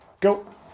go